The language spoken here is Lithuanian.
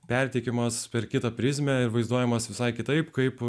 perteikiamas per kitą prizmę ir vaizduojamas visai kitaip kaip